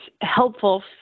helpful